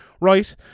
right